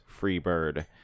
Freebird